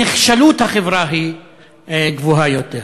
נחשלות החברה גבוהה יותר.